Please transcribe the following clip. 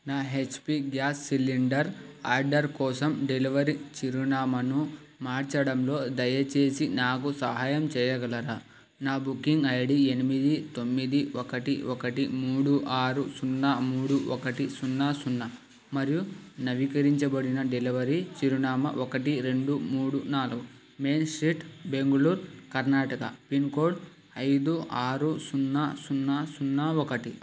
నా HP gas cylinder order కోసం delivery చిరునామను మార్చడంలో దయచేసి నాకు సహాయం చెయ్యగలరా నా బుకింగ్ ఐడి ఎనిమిది తొమ్మిది ఒకటి ఒకటి మూడు ఆరు సున్నా మూడు ఒకటి సున్నా సున్నా మరియు నవీకరించబడిన డెలివరీ చిరునామ ఒకటి రెండు మూడు నాలుగు main street Bengaluru Karnataka pin code ఐదు ఆరు సున్నా సున్నా సున్నా ఒకటి